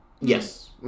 Yes